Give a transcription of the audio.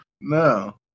No